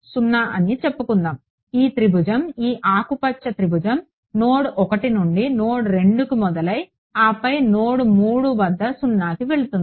0 అని చెప్పుకుందాం ఈ త్రిభుజం ఈ ఆకుపచ్చ త్రిభుజం నోడ్ 1 నుండి నోడ్ 2కి మొదలై ఆపై నోడ్ 3 వద్ద 0కి వెళుతుంది